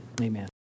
Amen